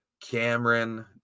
Cameron